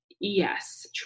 Yes